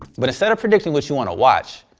but instead of predicting what you wanna watch,